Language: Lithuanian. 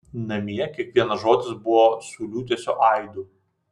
namie kiekvienas žodis buvo su liūdesio aidu